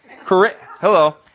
Hello